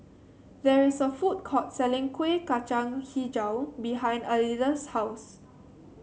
there is a food court selling Kueh Kacang hijau behind Alida's house